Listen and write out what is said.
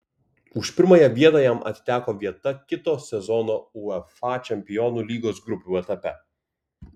už pirmąją vietą jam atiteko vieta kito sezono uefa čempionų lygos grupių etape